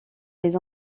les